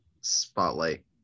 spotlight